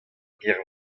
gêr